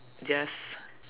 just